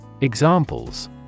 Examples